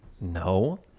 no